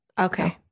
Okay